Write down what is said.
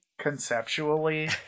conceptually